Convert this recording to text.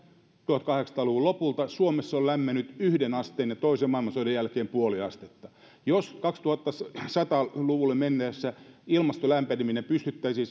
tuhatkahdeksansataa luvun lopulta suomessa ilmasto on lämmennyt yhteen asteen ja toisen maailmansodan jälkeen nolla pilkku viisi astetta jos kaksituhattasata luvulle mennessä ilmaston lämpeneminen pystyttäisiin